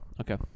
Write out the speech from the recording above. Okay